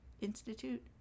institute